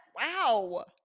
Wow